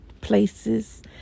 places